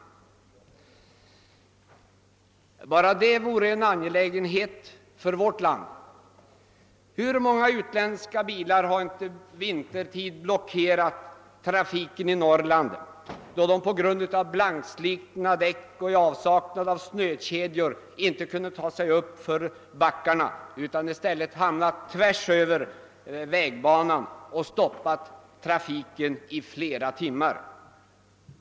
En sådan kontroll borde vara angelägen även i vårt land. Hur många utländska bilar har inte vintertid blockerat trafiken i Norrland då de på grund av blankslitna däck och i avsaknad av snökedjor inte kunnat ta sig upp för backarna utan hamnat tvärsöver vägbanan och stoppat trafiken i flera timmar?